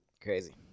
Crazy